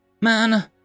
Man